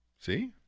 See